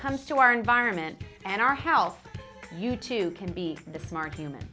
comes to our environment and our health you too can be the smart hum